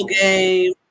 game